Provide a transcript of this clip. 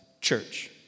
church